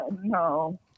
No